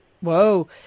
Whoa